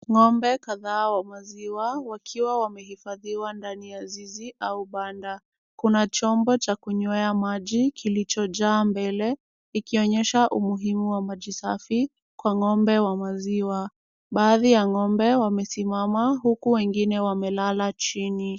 Ng'ombe kadhaa wa maziwa wakiwa wamehifadhiwa ndani ya zizi au banda. Kuna chombo cha kunywea maji kilichojaa mbele ikionyesha umuhimu wa maji safi kwa ng'ombe wa maziwa. Baadhi ya ng'ombe wamesimama huku wengine wamelala chini.